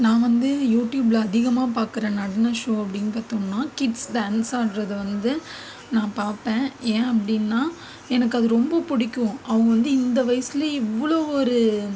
நான் வந்து யூடியூப்பில் அதிகமாக பார்க்கற நடன ஷோ அப்படின்னு பார்த்தோம்னா கிட்ஸ் டான்ஸ் ஆடறது வந்து நான் பார்ப்பேன் ஏன் அப்படின்னா எனக்கு அது ரொம்ப பிடிக்கும் அவங்க வந்து இந்த வயதுலே இவ்வளோ ஒரு